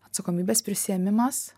atsakomybės prisiėmimas